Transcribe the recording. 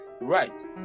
right